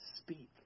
speak